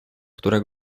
która